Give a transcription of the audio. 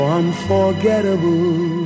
unforgettable